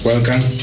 Welcome